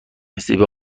زیبا